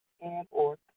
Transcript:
and/or